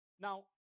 Now